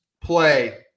play